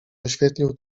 oświetlił